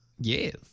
Yes